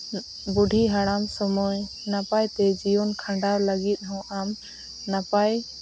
ᱵᱩᱰᱷᱤᱼᱦᱟᱲᱟᱢ ᱥᱚᱢᱚᱭ ᱱᱟᱯᱟᱭ ᱛᱮ ᱡᱤᱭᱚᱱ ᱠᱷᱟᱸᱰᱟᱣ ᱞᱟᱹᱜᱤᱫ ᱦᱚᱸ ᱟᱢ ᱱᱟᱯᱟᱭ